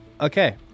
Okay